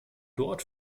dort